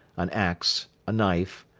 an ax, a knife,